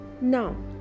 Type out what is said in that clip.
Now